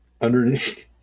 underneath